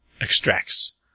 extracts